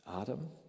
Adam